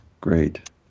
great